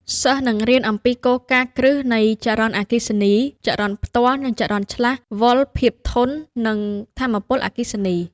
សិស្សនឹងរៀនអំពីគោលការណ៍គ្រឹះនៃចរន្តអគ្គិសនី ចរន្តផ្ទាល់ និងចរន្តឆ្លាស់ វ៉ុល ភាពធន់ និងថាមពលអគ្គិសនី។